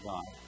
God